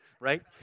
right